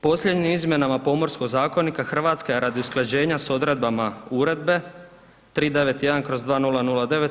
Posljednjim izmjenama Pomorskog zakonika RH je radi usklađenja s odredbama Uredbe 391/